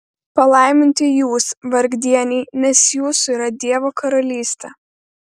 palaiminti jūs vargdieniai nes jūsų yra dievo karalystė